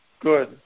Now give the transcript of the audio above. good